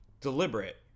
deliberate